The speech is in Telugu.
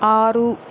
ఆరు